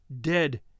dead